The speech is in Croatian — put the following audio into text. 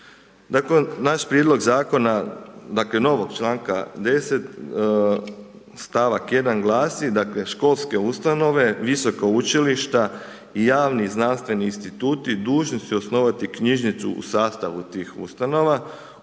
Dakle, naš prijedlog zakona dakle novog članka 10. stavak 1. glasi dakle školske ustanove, visoka učilišta i javni i znanstveni instituti dužni su osnovati knjižnicu u sastavu tih ustanova.